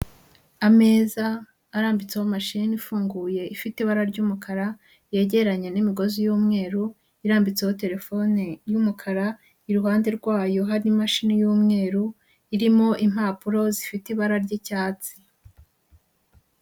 Ameza arambitseho mashine ifunguye ifite ibara ry'umukara, yegeranya n'imigozi y'umweru irambitseho telefone y'umukara, iruhande rwayo hari imashini y'umweru irimo impapuro zifite ibara ry'icyatsi.